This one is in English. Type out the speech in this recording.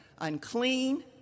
Unclean